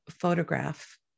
photograph